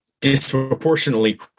disproportionately